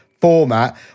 format